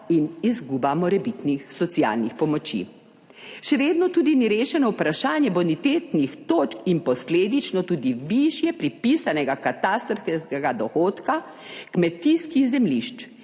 in izguba morebitnih socialnih pomoči. Še vedno tudi ni rešeno vprašanje bonitetnih točk in posledično tudi višje prepisanega katastrskega dohodka kmetijskih zemljišč